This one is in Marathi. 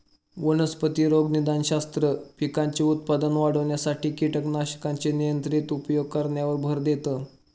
वनस्पती रोगनिदानशास्त्र, पिकांचे उत्पादन वाढविण्यासाठी कीटकनाशकांचे नियंत्रित उपयोग करण्यावर भर देतं